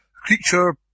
creature